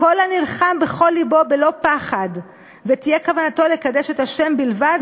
"וכל הנלחם בכל לבו בלא פחד ותהיה כוונתו לקדש את השם בלבד,